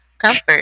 comfort